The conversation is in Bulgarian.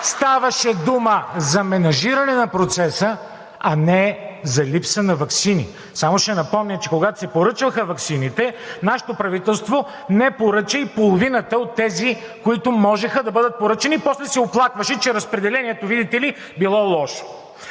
ставаше дума за менажиране на процеса, а не за липса на ваксини. Само ще напомня, че когато се поръчваха ваксините, нашето правителство не поръча и половината от тези, които можеха да бъдат поръчани, и после се оплакваше, че разпределението, видите ли, било лошо.